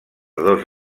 dos